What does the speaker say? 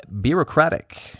Bureaucratic